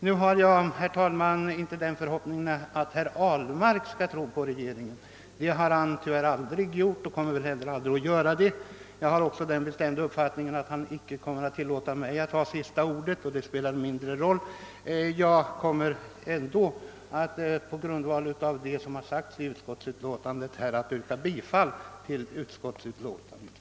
Jag har, herr talman, inte den förhoppningen att herr Ahlmark skall tro på regeringen; det har han tyvärr aldrig gjort och kommer väl aldrig att göra. Jag har vidare den bestämda uppfattningen att han inte kommer att tilllåta mig att få sista ordet, men det spelar mindre roll. Jag kommer ändå att på grundval av vad utskottet har anfört yrka bifall till utskottets hemställan.